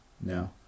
no